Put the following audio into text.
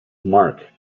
mark